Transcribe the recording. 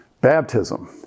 baptism